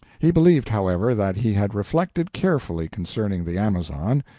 he believed, however, that he had reflected carefully concerning the amazon,